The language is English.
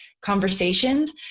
conversations